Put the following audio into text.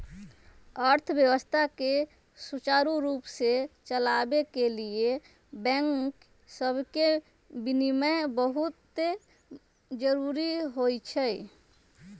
अर्थव्यवस्था के सुचारू रूप से चलाबे के लिए बैंक सभके विनियमन बहुते जरूरी होइ छइ